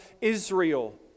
Israel